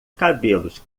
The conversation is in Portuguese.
cabelos